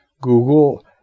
Google